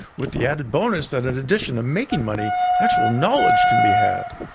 with the added bonus that in addition to making money, actual knowledge can be had.